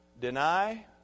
Deny